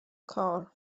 کار